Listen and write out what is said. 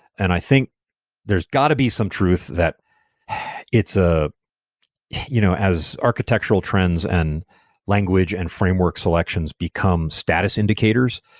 and i think there's got to be some truth that it's ah you know as architectural trends and language and framework selections become status indicators,